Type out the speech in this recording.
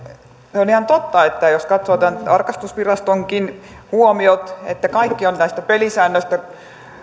on ihan totta että jos katsoo tämän tarkastusvirastonkin huomiot niin kaikki ovat näistä pelisäännöistä